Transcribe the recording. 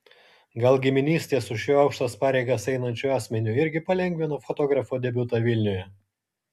gal giminystė su šiuo aukštas pareigas einančiu asmeniu irgi palengvino fotografo debiutą vilniuje